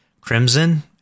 Crimson